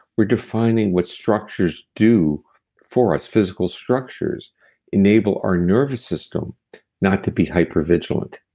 we're defining what structures do for us, physical structures enable our nervous system not to be hypervigilant,